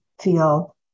feel